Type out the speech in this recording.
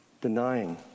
denying